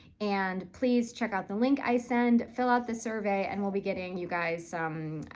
and please check out the link i send. fill out the survey, and we'll be getting you guys some.